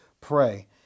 pray